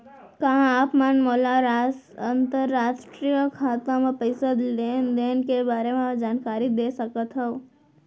का आप मन मोला अंतरराष्ट्रीय खाता म पइसा लेन देन के बारे म जानकारी दे सकथव?